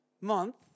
month